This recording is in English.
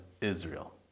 Israel